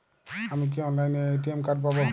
আমি কি অনলাইনে এ.টি.এম কার্ড পাব?